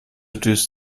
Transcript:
düst